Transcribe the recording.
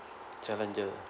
Challenger